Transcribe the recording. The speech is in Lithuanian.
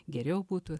geriau būtų